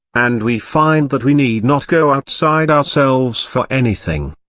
and we find that we need not go outside ourselves for anything.